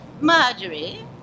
Marjorie